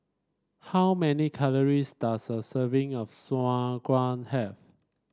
how many calories does a serving of Sauerkraut have